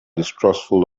distrustful